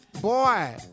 Boy